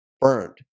burned